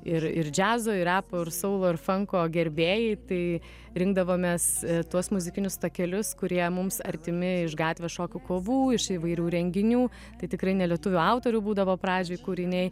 ir ir džiazo ir repo ir soulo ir fanko gerbėjai tai rinkdavomės tuos muzikinius takelius kurie mums artimi iš gatvės šokių kovų iš įvairių renginių tai tikrai ne lietuvių autorių būdavo pradžioj kūriniai